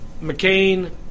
McCain